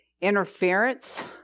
interference